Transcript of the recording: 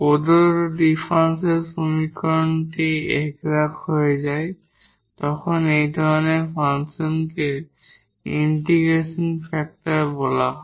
প্রদত্ত ডিফারেনশিয়াল সমীকরণটি এক্সাট হয়ে যায় তখন এই ধরনের ফাংশনকে ইন্টিগ্রেটিং ফ্যাক্টর বলা হয়